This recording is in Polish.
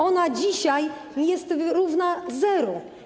Ona dzisiaj jest równa zeru.